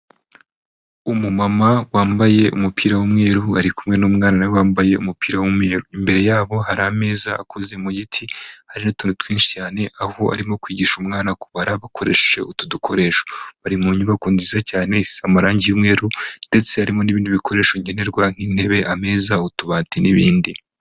Umumama wambaye umupira w'umweru, ari kumwe n'umwana we wambaye umupira w'umweru, imbere yabo hari ameza akozeze mu giti, hari n'utuntu twinshi cyane, aho arimo kwigisha umwana kubara, bakoresheje utu dukoresho, bari mu nyubako nziza cyane, isize amarangi y'umweru ndetse harimo n'ibindi bikoresho nkenenerwa, nk'intebe, ameza, utubati, n'ibindi.